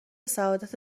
سعادت